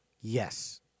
Yes